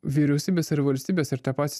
vyriausybės ir valstybės ir tie patys